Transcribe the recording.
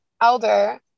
elder